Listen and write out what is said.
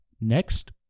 Next